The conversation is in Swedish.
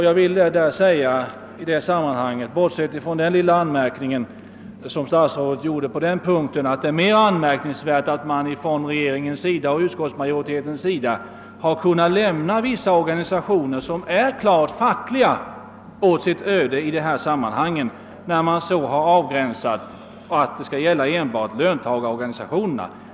Jag vill i det sammanhanget säga — och jag bortser då från den anmärkning som statsrådet gjorde på den punkten — att det är mer anmärkningsvärt att man från regeringens och utskottsmajoritetens sida har kunnat lämna åt sitt öde vissa organisationer, som är klart fackliga, när man avgränsat statsbidraget att gälla enbart löntagarorganisationerna.